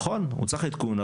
נכון הוא צריך עדכון,